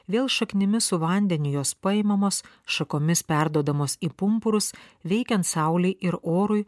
vėl šaknimis su vandeniu jos paimamos šakomis perduodamos į pumpurus veikiant saulei ir orui